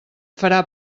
farà